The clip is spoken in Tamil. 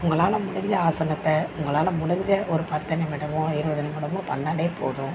உங்களால் முடிஞ்ச ஆசனத்தை உங்களால் முடிஞ்ச ஒரு பத்து நிமிடமோ இருபது நிமிடமோ பண்ணிணாலே போதும்